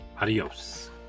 adios